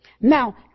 Now